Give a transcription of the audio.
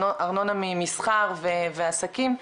ארנונה ממסחר ועסקים,